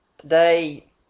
Today